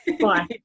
Bye